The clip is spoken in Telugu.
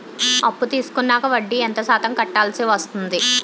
అప్పు తీసుకున్నాక వడ్డీ ఎంత శాతం కట్టవల్సి వస్తుంది?